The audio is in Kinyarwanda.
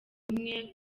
umwe